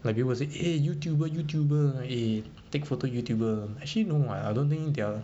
like people will say eh youtuber youtuber eh take photo youtuber actually no [what] I don't think they are